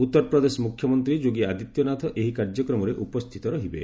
ଉତ୍ତରପ୍ରଦେଶ ମୁଖ୍ୟମନ୍ତ୍ରୀ ଯୋଗୀ ଆଦିତ୍ୟନାଥ ଏହି କାର୍ଯ୍ୟକ୍ରମରେ ଉପସ୍ଥିତ ରହିବେ